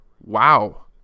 wow